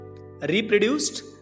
reproduced